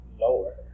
lower